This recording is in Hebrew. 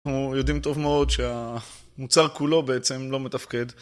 אנחנו יודעים טוב מאוד שהמוצר כולו בעצם לא מתפקד.